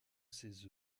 ses